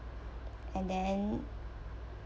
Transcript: and then